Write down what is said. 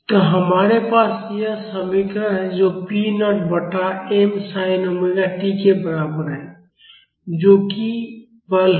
तो हमारे पास यह समीकरण है जो पी नॉट बटा m sin ओमेगा टी के बराबर है जो कि बल है